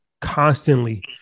constantly